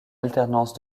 alternance